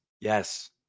Yes